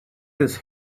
his